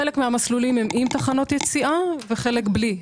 חלק מהמסלולים הם עם תחנות יציאה, וחלק בלי.